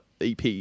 EP